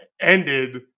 ended